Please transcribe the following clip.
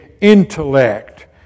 intellect